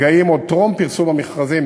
עוד טרם פרסום המכרזים,